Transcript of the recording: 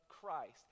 Christ